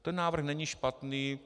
Ten návrh není špatný.